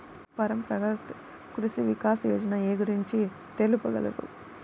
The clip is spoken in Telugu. పరంపరాగత్ కృషి వికాస్ యోజన ఏ గురించి తెలుపగలరు?